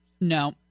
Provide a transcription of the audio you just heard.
No